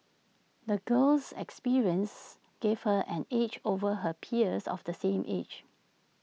the girl's experiences gave her an edge over her peers of the same age